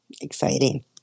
exciting